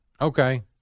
Okay